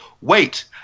wait